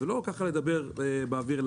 ולא ככה לדבר באוויר,